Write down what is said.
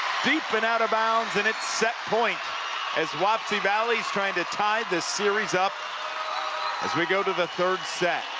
deep and out of bounds, and it's set point as wapsie valley is trying to tie this series up as we go to the third set